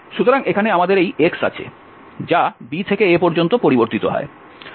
সুতরাং এখানে আমাদের এই x আছে যা b থেকে a পর্যন্ত পরিবর্তিত হয়